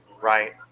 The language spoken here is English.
right